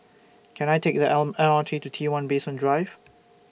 Can I Take The Arm M R T to T one Basement Drive